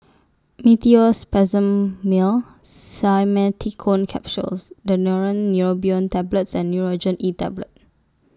Meteospasmyl Simeticone Capsules Daneuron Neurobion Tablets and Nurogen E Tablet